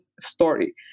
story